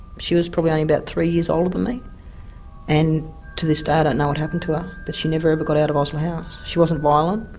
she was probably only about three years older than me and to this day i don't know what happened to her but she never but got out of osler house. she wasn't violent,